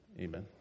Amen